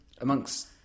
amongst